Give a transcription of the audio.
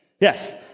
Yes